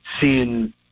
seeing